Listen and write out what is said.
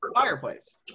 fireplace